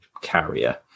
carrier